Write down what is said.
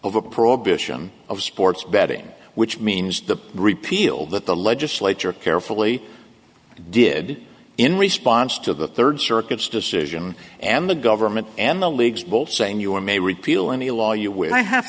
a prohibition of sports betting which means the repeal that the legislature carefully did in response to the third circuit's decision and the government and the league's both saying you're may repeal any law you will i have